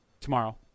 tomorrow